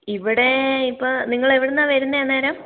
ഇവിടെ ഇപ്പോൾ നിങ്ങൾ എവിടുന്നാണ് വരുന്നത് അന്നേരം